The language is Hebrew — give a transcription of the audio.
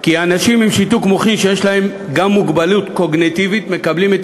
כי אנשים עם שיתוק מוחין שיש להם גם מוגבלות קוגניטיבית מקבלים את